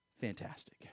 fantastic